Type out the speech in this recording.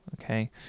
okay